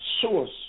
source